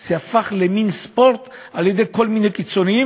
למין ספורט אצל כל מיני קיצונים,